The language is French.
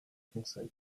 conseil